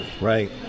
right